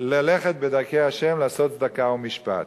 ללכת בדרכי ה' לעשות צדקה ומשפט,